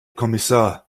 kommissar